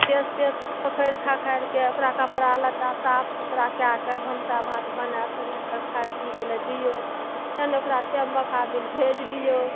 केश तेश खोखरि खाखरि कऽ ओकरा कपड़ा लत्ता साफ सुथड़ा कए कऽ भनसा भात बनाए सोनाए कऽ खाय पीबै लऽ दियौ फेन ओकरा टेम मोकाबिल भेज दियौ